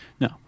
No